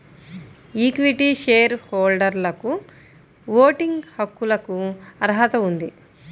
equity share హోల్డర్లకుఓటింగ్ హక్కులకుఅర్హత ఉంది